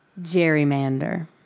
gerrymander